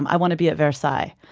i want to be at versailles.